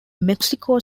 mexico